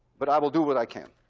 but i will do what i can.